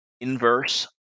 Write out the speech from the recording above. inverse